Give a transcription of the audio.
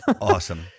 Awesome